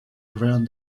around